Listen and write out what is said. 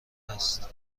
است